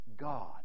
God